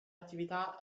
attività